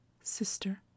Sister